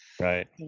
Right